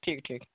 ठीक ठीक